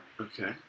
Okay